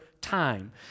time